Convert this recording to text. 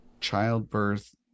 childbirth